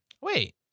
Wait